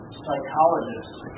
psychologists